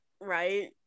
Right